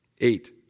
Eight